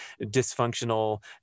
dysfunctional